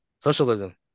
socialism